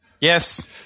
Yes